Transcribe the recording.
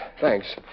Thanks